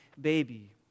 baby